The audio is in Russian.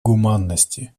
гуманности